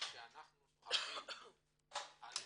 שהם נוהגים על